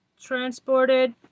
Transported